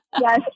Yes